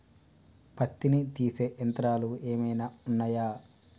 పత్తిని తీసే యంత్రాలు ఏమైనా ఉన్నయా?